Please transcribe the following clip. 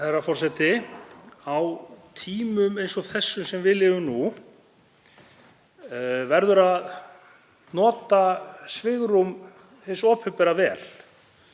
Herra forseti. Á tímum eins og þeim sem við lifum nú verður að nota svigrúm hins opinbera vel.